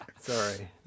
Sorry